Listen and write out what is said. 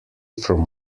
from